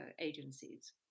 agencies